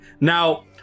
now